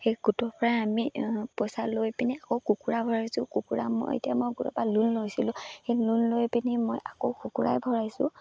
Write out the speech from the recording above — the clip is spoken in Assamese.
সেই গোটৰ পৰাই আমি পইচা লৈ পিনি আকৌ কুকুৰা ভৰাইছোঁ কুকুৰা মই এতিয়া মই গোটৰ পৰা লোন লৈছিলোঁ সেই লোন লৈ পিনি মই আকৌ কুকুৰাই ভৰাইছোঁ